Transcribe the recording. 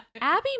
Abby